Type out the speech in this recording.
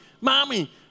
mommy